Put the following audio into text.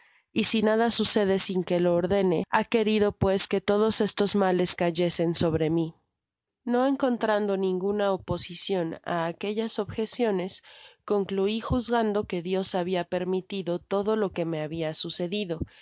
y si nada sucede sin que lo ordeno ha querido pues que todos estos males cayesen sobre mi no encontrando ninguna oposicion á aquellas objeciones concluí juzgando que dios habia permitido todo lo que me habia sucedido